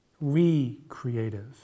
recreative